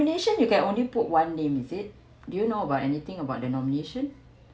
nomination you can only put one name with it do you know about anything about the nomination